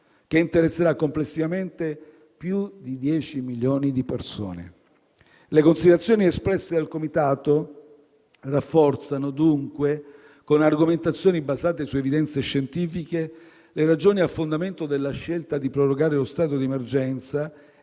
che interesserà complessivamente più di dieci milioni di persone. Le considerazioni espresse dal comitato rafforzano, dunque, con argomentazioni basate su evidenze scientifiche, le ragioni a fondamento della scelta di una proroga dello stato di emergenza